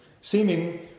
seeming